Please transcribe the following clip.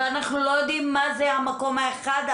אבל אנחנו לא יודעים מה זה המקום האחד.